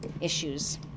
issues